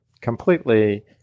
completely